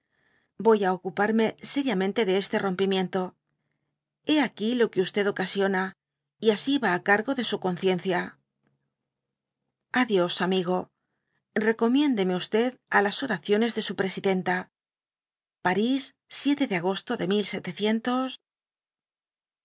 voy á ocuparme seriamente de este rompimiento hé aquí lo que ocasiona y asi va á cargo de su eodciencia a dios amigo recomiende mi á laa oraciones de u presidenta paris de agosto de